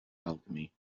alchemy